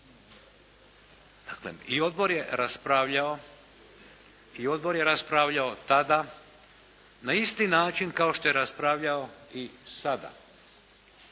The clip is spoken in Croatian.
Dakle, i odbor je raspravljao tada na isti način kao što je raspravljao i sada.